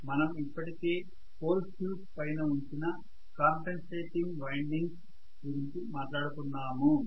మనం ఇప్పటికే pole shoes పైన ఉంచిన కాంపెన్సేటింగ్ వైండింగ్స్ గురించి మాట్లాడుకున్నాము